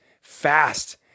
fast